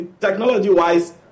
Technology-wise